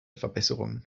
verbesserungen